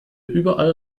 überall